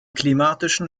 klimatischen